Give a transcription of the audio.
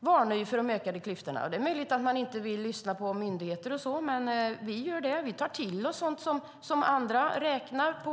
varnar för de ökade klyftorna. Det är möjligt att man inte vill lyssna på myndigheter, men vi gör det och tar till oss sådant som andra räknar på.